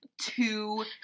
two